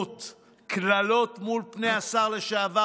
קללות מול פני השר לשעבר בר לב,